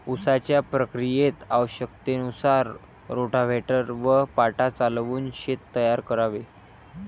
उसाच्या प्रक्रियेत आवश्यकतेनुसार रोटाव्हेटर व पाटा चालवून शेत तयार करावे